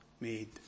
made